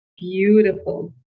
beautiful